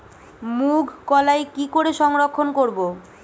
মুঘ কলাই কি করে সংরক্ষণ করব?